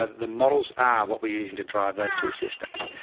ah the models are what we're using to drive those two systems.